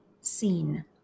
seen